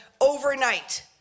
overnight